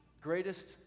greatest